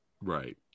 Right